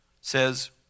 says